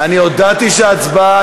לא הודעת שיש הצבעה.